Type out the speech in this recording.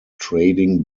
trading